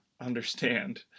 understand